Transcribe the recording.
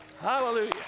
Hallelujah